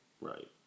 right